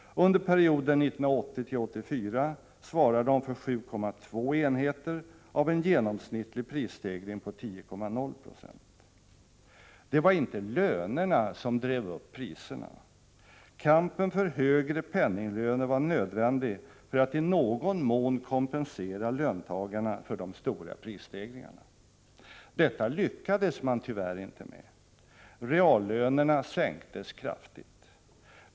Under perioden 1980-1984 svarar de för 7,2 enheter av en genomsnittlig prisstegring på 10,0 26. Det var inte lönerna som drev upp priserna. Kampen för högre penninglöner var nödvändig för att löntagarna i någon mån skulle kompenseras för de stora prisstegringarna. Detta lyckades man tyvärr inte med. Reallönerna sänktes kraftigt.